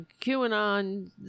QAnon